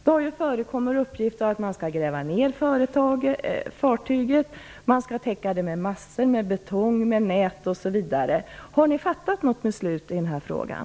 Det har ju förekommit uppgifter om att fartyget skall grävas ned, att det skall täckas med massor av betong eller nät osv. Har ni fattat något beslut i frågan?